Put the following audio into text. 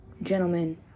gentlemen